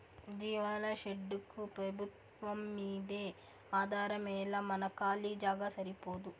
జీవాల షెడ్డుకు పెబుత్వంమ్మీదే ఆధారమేలా మన కాలీ జాగా సరిపోదూ